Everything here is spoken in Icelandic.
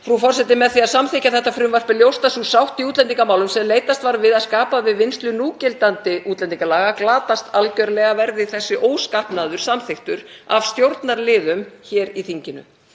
Frú forseti. Með því að samþykkja þetta frumvarp er ljóst að sú sátt í útlendingamálum sem leitast var við að skapa við vinnslu núgildandi útlendingalaga glatast algerlega verði þessi óskapnaður samþykktur af stjórnarliðum hér í þinginu.